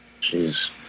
Jeez